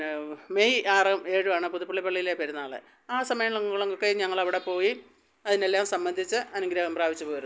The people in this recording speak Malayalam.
പിന്നെ മെയ് ആറ് ഏഴുവാണ് പുതുപ്പള്ളി പള്ളിയിലെ പെരുന്നാള് ആ സമയങ്ങളൊക്കെ ഞങ്ങളവിടെ പോയി അതിനെല്ലാം സംബന്ധിച്ച് അനുഗ്രഹം പ്രാപിച്ച് പോരുന്നു